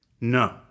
No